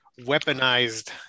weaponized